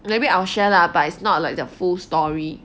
maybe I'll share lah but it's not like the full story